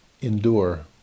endure